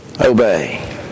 obey